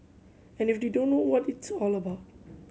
and if they don't know what it's all about